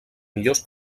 millors